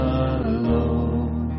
alone